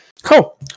Cool